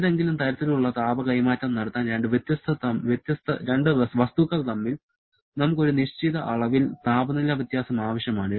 ഏതെങ്കിലും തരത്തിലുള്ള താപ കൈമാറ്റം നടത്താൻ രണ്ട് വസ്തുക്കൾ തമ്മിൽ നമുക്ക് ഒരു നിശ്ചിത അളവിൽ താപനില വ്യത്യാസം ആവശ്യമാണ്